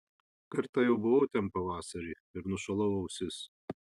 kartą jau buvau ten pavasarį ir nušalau ausis